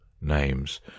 names